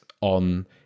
on